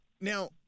Now